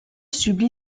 supplie